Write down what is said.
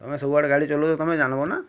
ତମେ ସବୁଆଡ଼େ ଗାଡ଼ି ଚଲଉଛ ତମେ ଜାଣିବ ନା